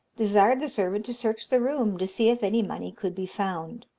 desired the servant to search the room to see if any money could be found.